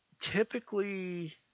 Typically